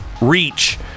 reach